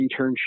internship